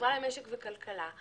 החברה למשק וכלכלה,